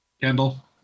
Kendall